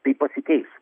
tai pasikeis